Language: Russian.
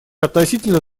относительно